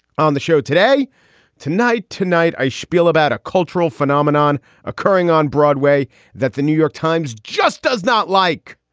on the show today tonight tonight, a spiel about a cultural phenomenon occurring on broadway that the new york times just does not like.